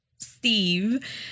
Steve